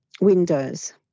Windows